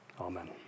Amen